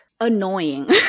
annoying